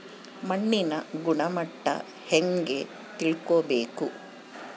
ಮಣ್ಣಿನ ಗುಣಮಟ್ಟ ಹೆಂಗೆ ತಿಳ್ಕೊಬೇಕು?